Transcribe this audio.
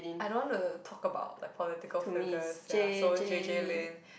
I don't wanna talk about like political figures ya so is J J Lin